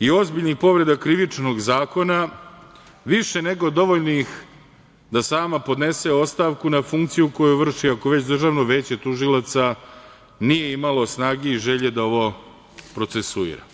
i ozbiljnih povreda Krivičnog zakona više nego dovoljnih da sama podnese ostavku na funkciju koju vrši ako već Državno veće tužilaca nije imalo snage i želje da ovo procesuira.